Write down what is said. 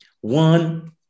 One